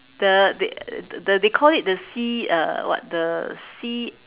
the they the they call it the sea uh what the sea